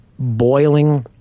Boiling